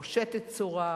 פושטת צורה,